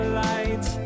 light